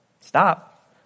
stop